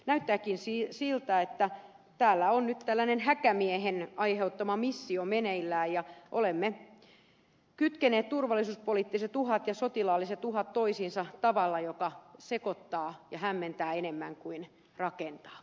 näyttääkin siltä että täällä on nyt tällainen häkämiehen aiheuttama missio meneillään ja olemme kytkeneet turvallisuuspoliittiset uhat ja sotilaalliset uhat toisiinsa tavalla joka sekoittaa ja hämmentää enemmän kuin rakentaa